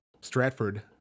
Stratford